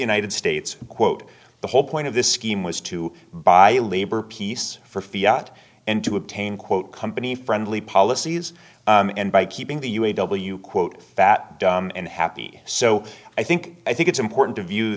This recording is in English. united states quote the whole point of this scheme was to buy labor peace for fee out and to obtain quote company friendly policies and by keeping the u a w quote fat dumb and happy so i think i think it's important to view